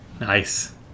Nice